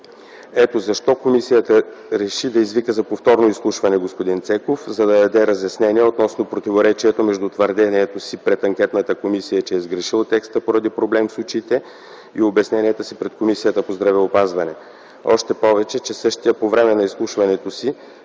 Ето защо комисията реши да извика за повторно изслушване господин Пламен Цеков, за да даде разяснения относно противоречието между твърдението си пред анкетната комисия, че е сгрешил текста поради проблем с очите, и обясненията си пред Комисията па здравеопазване. Още повече, че същият по време на изслушването си